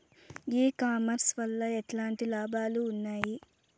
ఈ కామర్స్ వల్ల ఎట్లాంటి లాభాలు ఉన్నాయి?